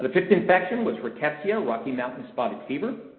fifth infection was rickettsia, rocky mountain spotted fever.